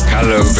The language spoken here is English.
Hello